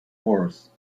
horse